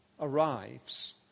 arrives